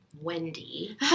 Wendy